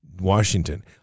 Washington